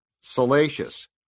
Salacious